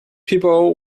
people